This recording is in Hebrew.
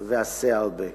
ועשה הרבה.